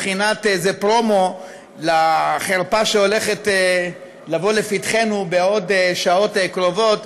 בבחינת פרומו לחרפה שהולכת לבוא לפתחנו בעוד שעות קרובות,